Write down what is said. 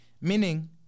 Meaning